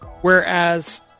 Whereas